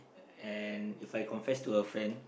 and If I confess to a friend